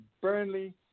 Burnley